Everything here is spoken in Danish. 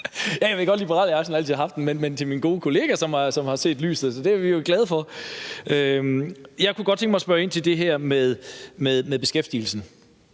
har haft den, men jeg siger det til min gode kollega, som har set lyset. Så det er vi jo glade for. Jeg kunne godt tænke mig at spørge ind til det med beskæftigelsen,